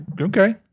okay